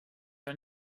and